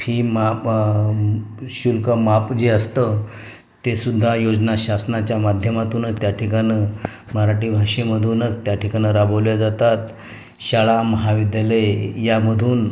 fee माप शुल्क माप जे असतं ते सुद्धा योजना शासनाच्या माध्यमातूनच त्या ठिकाणी मराठी भाषेमधूनच त्या ठिकाणी राबवल्या जातात शाळा महाविद्यालय यामधून